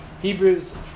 Hebrews